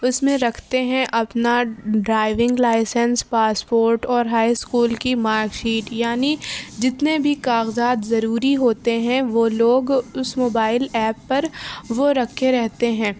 اس میں رکھتے ہیں اپنا ڈرائیونگ لائسینس پاسپورٹ اور ہائی اسکول کی مارکشیٹ یعنی جتنے بھی کاغذات ضروری ہوتے ہیں وہ لوگ اس موبائل ایپ پر وہ رکھے رہتے ہیں